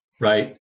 right